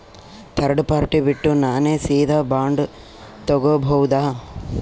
Third party ಬಿಟ್ಟು ನಾನೇ ಸೀದಾ ಬಾಂಡ್ ತೋಗೊಭೌದಾ?